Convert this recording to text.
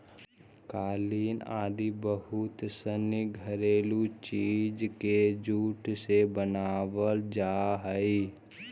कालीन आदि बहुत सनी घरेलू चीज के जूट से बनावल जा हइ